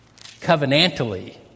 covenantally